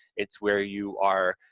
it's where you are,